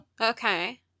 Okay